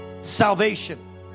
salvation